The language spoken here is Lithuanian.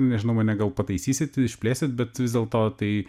nežinau mane gal pataisysit išplėsit bet vis dėlto tai